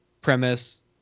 premise